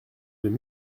deux